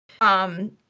um-